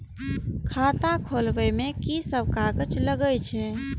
खाता खोलब में की सब कागज लगे छै?